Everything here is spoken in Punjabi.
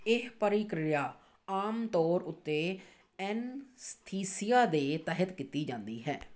ਇਹ ਪ੍ਰਕਿਰਿਆ ਆਮ ਤੌਰ ਉੱਤੇ ਐਨਸਥੀਸੀਆ ਦੇ ਤਹਿਤ ਕੀਤੀ ਜਾਂਦੀ ਹੈ